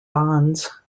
bonds